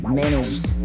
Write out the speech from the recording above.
managed